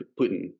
Putin